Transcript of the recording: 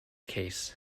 case